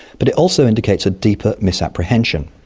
but it also indicates a deeper misapprehension.